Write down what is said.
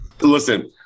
Listen